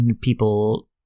people